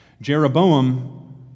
Jeroboam